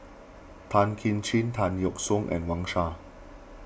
Tan Kim Ching Tan Yeok Seong and Wang Sha